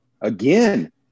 again